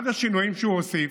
אחד השינויים שהוא הוסיף,